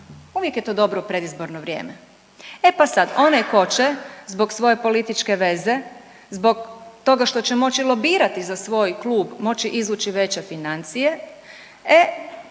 je to dobro predizborno vrijeme. E pa sad onaj ko će zbog svoje političke veze zbog toga što će moći lobirati za svoj klub moći izvući veće financije,